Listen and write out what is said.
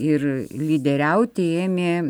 ir lyderiauti ėmė